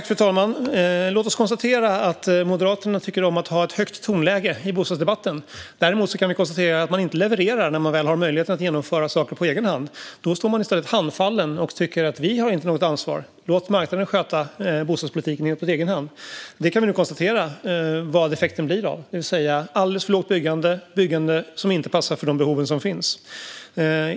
Fru talman! Låt oss konstatera att Moderaterna tycker om att ha ett högt tonläge i bostadsdebatten. Vi kan också konstatera att man däremot inte levererar när man har möjlighet att genomföra saker på egen hand. Då står man i stället handfallen och tycker att man inte har något ansvar utan att marknaden ska sköta bostadspolitiken på egen hand. Vi kan nu konstatera vad effekten av detta blir: alldeles för lågt byggande och byggande som inte passar för de behov som finns.